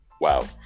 wow